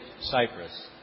Cyprus